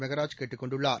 மெகராஜ் கேட்டுக் கொண்டுள்ளார்